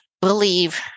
believe